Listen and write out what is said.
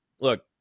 look